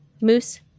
moose